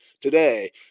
today